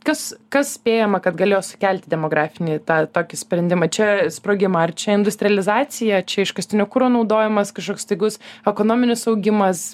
kas kas spėjama kad galėjo sukelti demografinį tą tokį sprendimą čia sprogimą ar čia industrializacija čia iškastinio kuro naudojimas kažkoks staigus ekonominis augimas